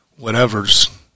whatevers